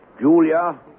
Julia